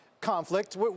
conflict